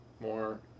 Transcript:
more